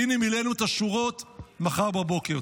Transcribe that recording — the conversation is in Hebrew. והינה מילאנו את השורות מחר בבוקר.